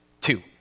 two